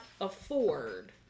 afford